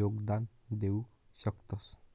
योगदान देऊ शकतस